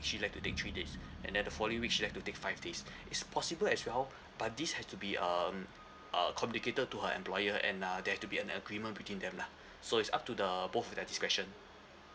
she'd like to take three days and then the following week she'd like to take five days it's possible as well but this has to be um uh communicated to her employer and uh there have to be an agreement between them lah so it's up to the both of their discretion